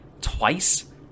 twice